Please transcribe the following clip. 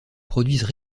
produisent